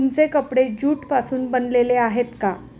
तुमचे कपडे ज्यूट पासून बनलेले आहेत का?